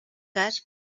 cas